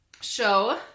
show